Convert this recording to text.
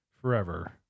forever